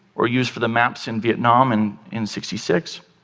or used for the maps in vietnam and in sixty six.